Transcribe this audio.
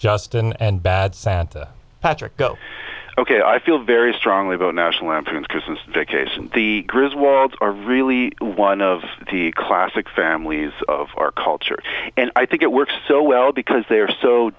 justin and bad santa patrick go ok i feel very strongly about national lampoon's christmas vacation the griswold's are really one of the classic families of our culture and i think it works so well because there